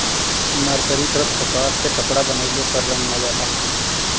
मर्सरीकृत कपास से कपड़ा बनइले पर रंग ना जाला